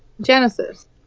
Genesis